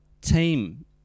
team